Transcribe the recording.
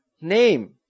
name